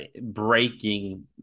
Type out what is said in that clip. breaking